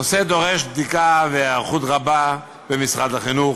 הנושא דורש בדיקה והיערכות רבה במשרד החינוך.